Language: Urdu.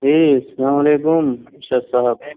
جی السلام علیکم ارشد صاحب